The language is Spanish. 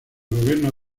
gobierno